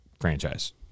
franchise